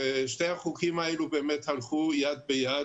שתי החוקים האלה הלכו יד ביד.